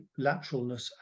lateralness